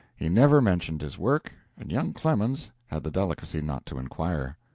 he never mentioned his work, and young clemens had the delicacy not to inquire.